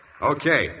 Okay